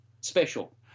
special